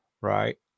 Right